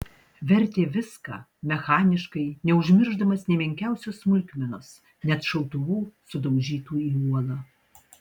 vertė viską mechaniškai neužmiršdamas nė menkiausios smulkmenos net šautuvų sudaužytų į uolą